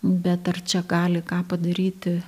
bet ar čia gali ką padaryti